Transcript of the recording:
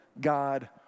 God